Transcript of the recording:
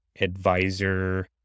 advisor